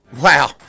Wow